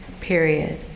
period